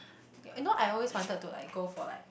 okay you know I always wanted to like go for like